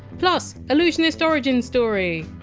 plus allusionist origin story!